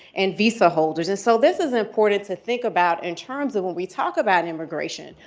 and visa holders. and so this is important to think about in terms of when we talk about immigration,